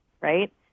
right